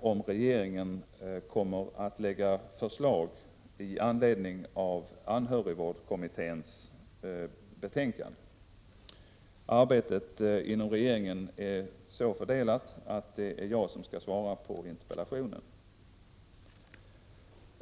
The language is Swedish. om regeringen kommer att lägga fram förslag i anledning av anhörigvårdskommitténs betänkande. Arbetet inom regeringen är så fördelat att det är jag som skall svara på interpellationen.